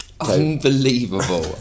unbelievable